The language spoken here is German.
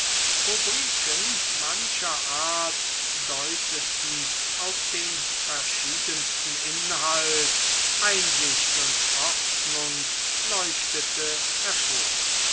rubriken mancher art deuteten auf den verschiedensten inhalt einsicht und ordnung leuchtete hervor